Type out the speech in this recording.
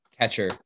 Catcher